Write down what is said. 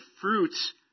fruits